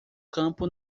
campo